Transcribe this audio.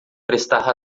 prestar